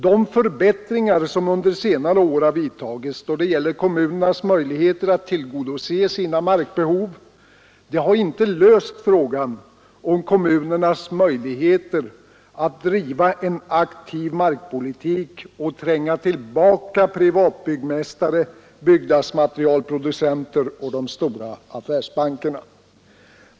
De förbättringar som under senare år har vidtagits då det gäller kommunernas möjligheter att tillgodose sina markbehov har inte löst frågan om kommunernas möjligheter att driva en aktiv markpolitik och tränga tillbaka privatbyggmästare, byggnadsmaterialproducenter och de stora affärsbankerna.